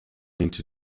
into